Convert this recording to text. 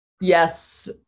yes